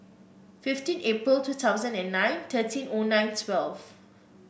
fifteen April two thousand and nine thirteen O nine twelve